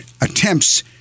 attempts